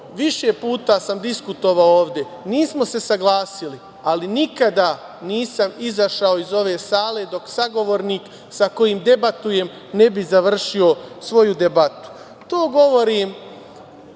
više puta sam diskutovao ovde, nismo se saglasili, ali nikada nisam izašao iz ove sale dok sagovornik sa kojim debatujem ne bi završio svoju debatu.